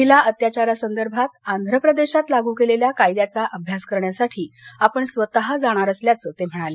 महिला अत्याचारासंदर्भात आंध्र प्रदेशात लागू केलेल्या कायद्याचा अभ्यास करण्यासाठी आपण स्वत जाणार असल्याचं ते म्हणाले